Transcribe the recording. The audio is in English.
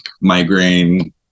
migraine